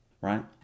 Right